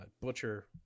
butcher